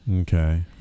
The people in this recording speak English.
Okay